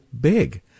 big